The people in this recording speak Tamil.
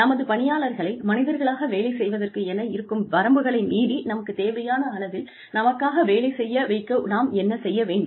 நமது பணியாளர்களை மனிதர்களாக வேலை செய்வதற்கென இருக்கும் வரம்புகளை மீறி நமக்குத் தேவையான அளவில் நமக்காக வேலை செய்ய வைக்க நாம் என்ன செய்ய வேண்டும்